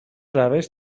روش